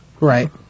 right